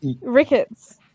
rickets